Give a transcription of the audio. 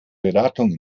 beratung